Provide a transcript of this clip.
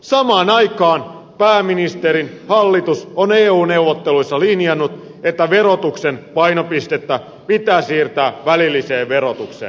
samaan aikaan pääministerin hallitus on eu neuvotteluissa linjannut että verotuksen painopistettä pitää siirtää välilliseen verotukseen